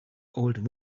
old